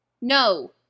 No